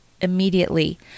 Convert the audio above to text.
immediately